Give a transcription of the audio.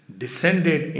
descended